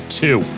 two